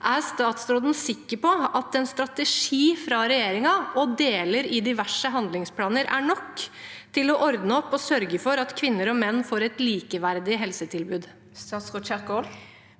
Er statsråden sikker på at en strategi fra regjeringen og deler i diverse handlingsplaner er nok til å ordne opp og sørge for at kvinner og menn får et likeverdig helsetilbud?